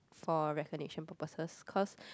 for recognition purpose cause